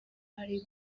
ari